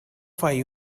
five